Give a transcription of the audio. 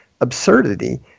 absurdity